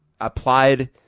applied